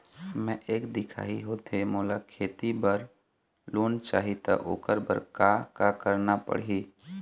मैं एक दिखाही होथे मोला खेती बर लोन चाही त ओकर बर का का करना पड़ही?